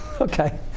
Okay